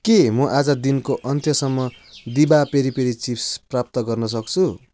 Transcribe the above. के म आज दिनको अन्त्यसम्म दिभा पेरीपेरी चिप्स प्राप्त गर्न सक्छु